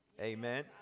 Amen